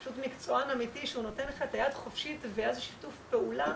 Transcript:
הוא פשוט מקצוען אמיתי והוא נותן לך יד חופשית ויש שיתוף פעולה.